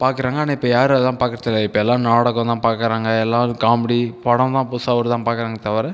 பாக்கிறாங்க ஆனால் இப்போ யாரும் அதை பாக்கிறதில்ல இப்போ எல்லாம் நாடகந்தான் பாக்கிறாங்க எல்லோரும் காமெடி படலாம் புதுசாக வருது பாக்கிறாங்க தவிர